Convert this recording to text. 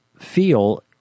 feel